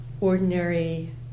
ordinary